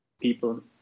people